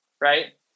right